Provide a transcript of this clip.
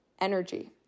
energy